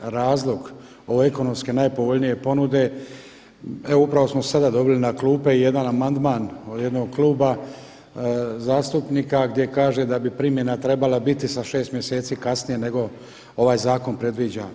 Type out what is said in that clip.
Razlog ove ekonomski najpovoljnije ponude evo upravo samo sada dobili na klupe jedan amandman od jednog kluba zastupnika, gdje kaže da bi primjena trebala biti sa šest mjeseci kasnije nego ovaj zakon predviđa.